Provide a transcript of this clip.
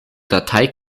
datei